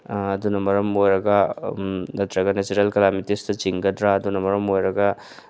ꯑꯗꯨꯅ ꯃꯔꯝ ꯑꯣꯏꯔꯒ ꯅꯠꯇ꯭ꯔꯒ ꯅꯦꯆꯔꯦꯜ ꯀꯥꯂꯥꯃꯤꯇꯤꯁꯇ ꯆꯤꯡꯒꯗ꯭ꯔꯥ ꯑꯗꯨꯅ ꯃꯔꯝ ꯑꯣꯏꯔꯒ